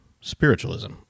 spiritualism